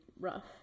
rough